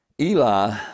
Eli